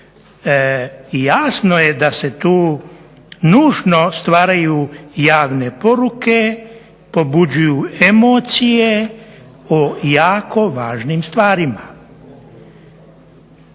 jasno je da se tu nužno stvaraju javne poruke, pobuđuju emocije o jako važnim stvarima.